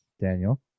Daniel